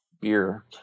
beer